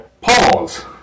Pause